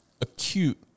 acute